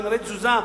שנראה תזוזה.